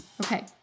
Okay